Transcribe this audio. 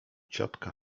ciotka